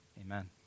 Amen